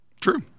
True